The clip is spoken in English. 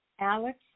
Alex